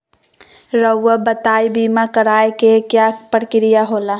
रहुआ बताइं बीमा कराए के क्या प्रक्रिया होला?